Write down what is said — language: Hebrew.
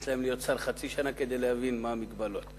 להיות שר חצי שנה כדי להבין מה המגבלות.